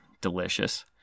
Delicious